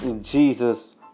Jesus